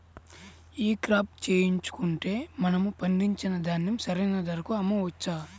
ఈ క్రాప చేయించుకుంటే మనము పండించిన ధాన్యం సరైన ధరకు అమ్మవచ్చా?